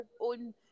own